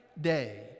day